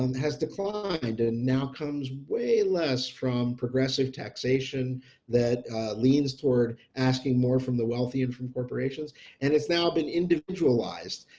um has declined and now comes way less from progressive taxation that leans toward asking more from the wealthy and from corporations and it's now been individualized.